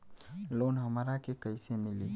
Loan हमरा के कईसे मिली?